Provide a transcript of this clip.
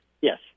Yes